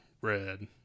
red